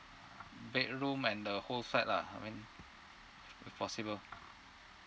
bedroom and the whole flat lah I mean if possible